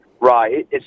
Right